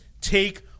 take